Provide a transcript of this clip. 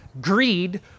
greed